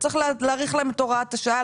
צריך להאריך להם את הוראת השעה.